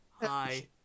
Hi